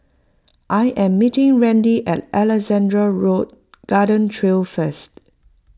I am meeting Randy at Alexandra Road Garden Trail first